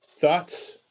thoughts